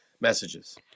messages